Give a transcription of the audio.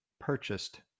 purchased